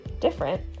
different